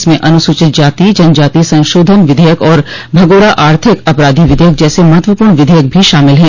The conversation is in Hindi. इसमें अनुसूचित जाति जनजाति संशोधन विधेयक और भगोड़ा आर्थिक अपराधी विधेयक जैसे महत्वपूर्ण विधेयक भी शामिल हैं